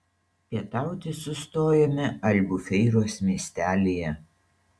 pietauti sustojome albufeiros miestelyje